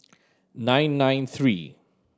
nine nine three